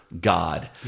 God